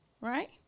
right